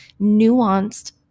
nuanced